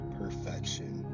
perfection